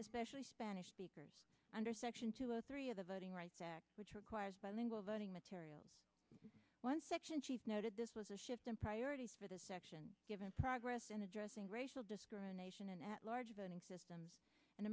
especially spanish speakers under section two or three of the voting rights act which requires bilingual voting materials one section chief noted this was a shift in priorities for the section given progress in addressing racial discrimination at large voting systems an